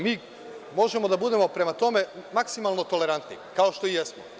Mi možemo prema tome da budemo maksimalno tolerantni kao što i jesmo.